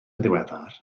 ddiweddar